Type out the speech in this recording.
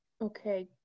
Okay